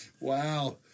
Wow